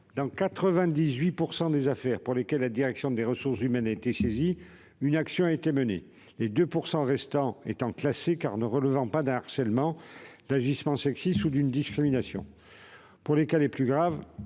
Dans 98 % des affaires pour lesquelles la direction des ressources humaines a été saisie, une action a été menée, les 2 % restants étant classés, car ils ne relevaient pas d'un harcèlement, d'un agissement sexiste ou d'une discrimination. Pour les cas les plus graves,